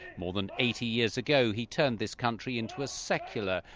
more than eighty years ago, he turned this country into a secular,